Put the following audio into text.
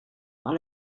par